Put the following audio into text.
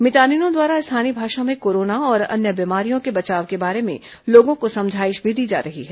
मितानिनों द्वारा स्थानीय भाषा में कोरोना और अन्य बीमारियों के बचाव के बारे में लोगों को समझाइश भी दी जा रही है